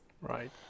Right